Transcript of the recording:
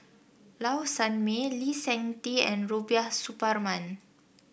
Low Sanmay Lee Seng Tee and Rubiah Suparman